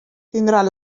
tindran